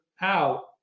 out